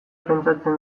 pentsatzen